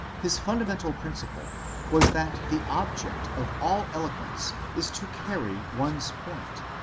his funda mental principle was that the object of all eloquence is to carry one's point.